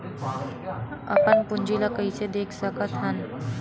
अपन पूंजी ला कइसे देख सकत हन?